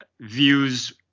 views